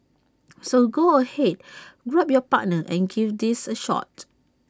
so go ahead grab your partner and give these A shot